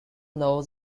know